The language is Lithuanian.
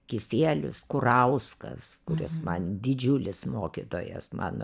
kisielius kurauskas kuris man didžiulis mokytojas mano